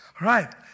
Right